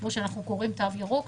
כמו שאנחנו קוראים: תו ירוק,